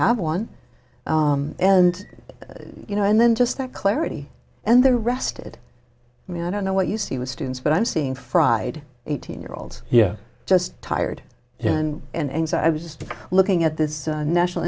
have one and you know and then just that clarity and there rested i mean i don't know what you see with students but i'm seeing fried eighteen year olds yeah just tired and and so i was just looking at this national